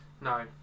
no